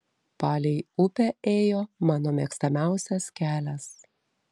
palei upę ėjo mano mėgstamiausias kelias